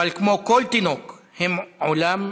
אבל כמו כל תינוק, הם עולם ומלואו.